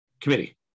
committee